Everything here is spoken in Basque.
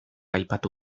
aipatu